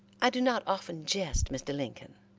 i do not often jest, mr. lincoln.